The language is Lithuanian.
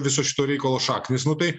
viso šito reikalo šaknys nu tai